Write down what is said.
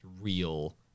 real